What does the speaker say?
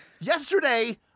Yesterday